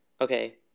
Okay